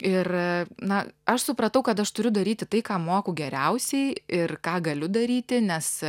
ir na aš supratau kad aš turiu daryti tai ką moku geriausiai ir ką galiu daryti nes